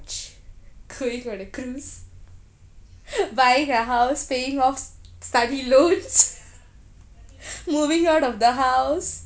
going on a cruise buying a house paying off study loans moving out of the house